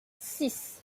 six